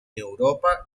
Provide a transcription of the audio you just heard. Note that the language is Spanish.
europa